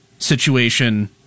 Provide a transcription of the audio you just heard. situation